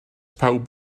pawb